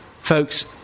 Folks